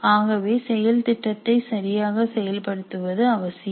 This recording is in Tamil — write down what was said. ஆகவே செயல் திட்டத்தை சரியாக செயல்படுத்துவது அவசியம்